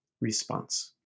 response